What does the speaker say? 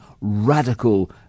radical